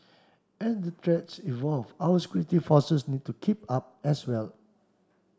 as the threats evolve our security forces need to keep up as well